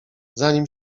zanim